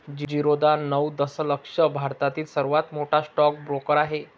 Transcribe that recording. झिरोधा नऊ दशलक्ष भारतातील सर्वात मोठा स्टॉक ब्रोकर आहे